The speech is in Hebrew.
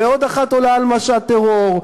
ועוד אחת עולה על משט טרור,